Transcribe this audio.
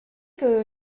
que